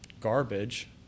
garbage